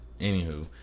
anywho